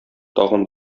тагын